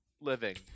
living